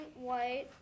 White